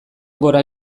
gora